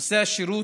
נושא השירות,